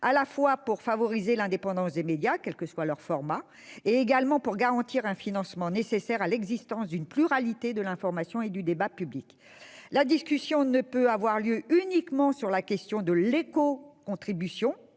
à la fois pour favoriser l'indépendance des médias, quel que soit leur format, et pour garantir un financement nécessaire à l'existence du pluralisme de l'information et du débat public. La discussion ne peut pas porter uniquement sur la question de l'écocontribution,